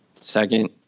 Second